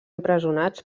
empresonats